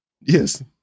Yes